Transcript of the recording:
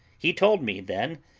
he told me, then,